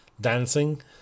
dancing